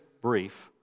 brief